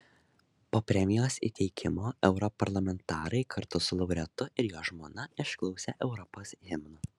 po premijos įteikimo europarlamentarai kartu su laureatu ir jo žmona išklausė europos himno